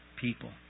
people